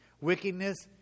Wickedness